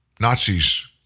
Nazis